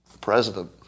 President